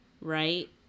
right